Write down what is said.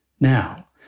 Now